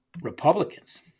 Republicans